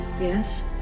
yes